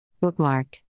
Bookmark